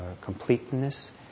completeness